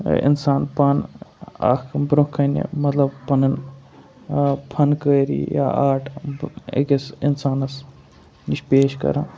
اِنسان پانہٕ اَکھ بروںٛہہ کَنہِ مطلب پَنُن فَنکٲری یا آرٹ أکِس اِنسانَس نِش پیش کَران